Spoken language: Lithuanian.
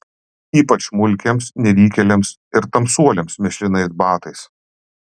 ypač mulkiams nevykėliams ir tamsuoliams mėšlinais batais